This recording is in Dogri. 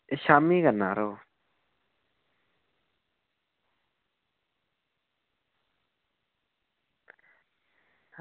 ते शामीं करना यरो